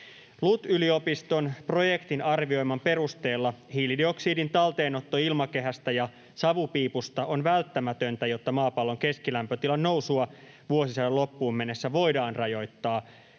LUT-yliopiston projektin arvioiman perusteella hiilidioksidin talteenotto ilmakehästä ja savupiipusta on välttämätöntä, jotta maapallon keskilämpötilan nousua vuosisadan loppuun mennessä voidaan rajoittaa